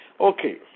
Okay